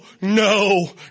no